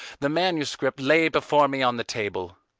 the manuscript lay before me on the table.